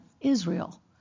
Israel